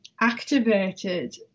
activated